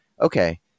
Okay